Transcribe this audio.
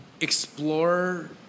explore